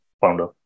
founder